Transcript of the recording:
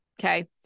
Okay